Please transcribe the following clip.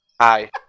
Hi